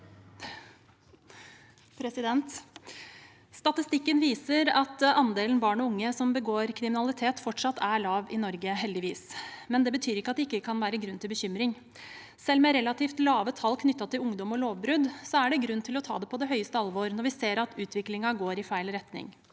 Statistikken viser at andelen barn og unge som begår kriminalitet, fortsatt er lav i Norge, heldigvis. Men det betyr ikke at det ikke kan være grunn til bekymring. Selv med relativt lave tall knyttet til ungdom og lovbrudd er det grunn til å ta det på det høyeste alvor når vi ser at utviklingen går i feil retning.